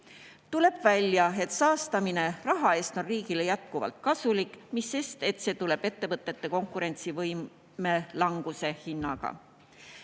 Tuleb välja, et saastamine raha eest on riigile jätkuvalt kasulik, mis sest, et see tuleb ettevõtete konkurentsivõime languse hinnaga. Mitmed